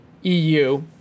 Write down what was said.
EU